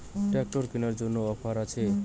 Tractor কেনার জন্য offer আছে?